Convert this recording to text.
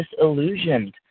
disillusioned